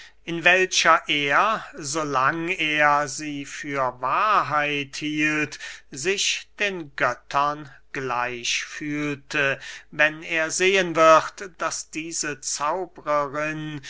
in welcher er so lang er sie für wahrheit hielt sich den göttern gleich fühlte wenn er sehen wird daß diese zauberin